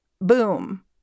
boom